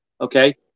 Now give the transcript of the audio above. okay